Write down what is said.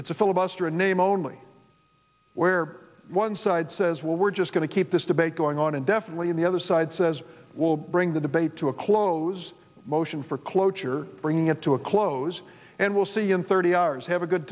it's a filibuster in name only where one side says well we're just going to keep this debate going on indefinitely and the other side says we'll bring the debate to a close motion for cloture bring it to a close and we'll see in thirty hours have a good